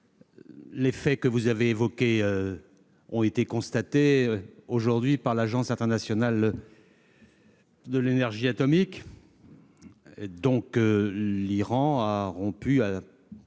les faits que vous avez évoqués ont été constatés aujourd'hui par l'Agence internationale de l'énergie atomique. L'Iran a rompu